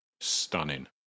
stunning